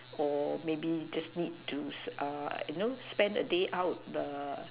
or maybe just need to s~ err you know spend a day out